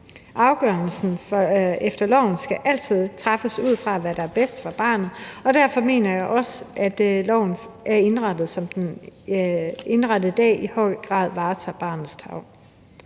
Afgørelser efter loven skal altid træffes ud fra, hvad der er bedst for barnet, og derfor mener jeg også, at loven, som den er indrettet i dag, i høj grad varetager barnets tarv.